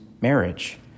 marriage